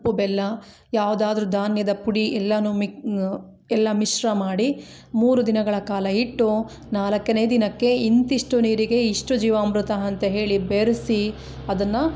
ಕಪ್ಪು ಬೆಲ್ಲ ಯಾವುದಾದ್ರು ಧಾನ್ಯದ ಪುಡಿ ಎಲ್ಲಾ ಮಿಕ್ ಎಲ್ಲ ಮಿಶ್ರ ಮಾಡಿ ಮೂರು ದಿನಗಳ ಕಾಲ ಇಟ್ಟು ನಾಲ್ಕನೇ ದಿನಕ್ಕೆ ಇಂತಿಷ್ಟು ನೀರಿಗೆ ಇಷ್ಟು ಜೀವಾಮೃತ ಅಂತ ಹೇಳಿ ಬೆರೆಸಿ ಅದನ್ನು